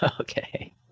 Okay